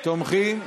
כתומכים.